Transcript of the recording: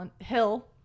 hill